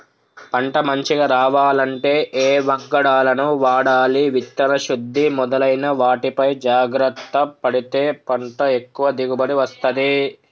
పంట మంచిగ రావాలంటే ఏ వంగడాలను వాడాలి విత్తన శుద్ధి మొదలైన వాటిపై జాగ్రత్త పడితే పంట ఎక్కువ దిగుబడి వస్తది